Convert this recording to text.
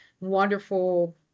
wonderful